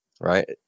right